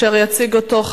הצעה לסדר-היום מס' 5540,